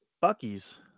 Bucky's